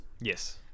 Yes